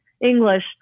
English